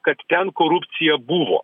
kad ten korupcija buvo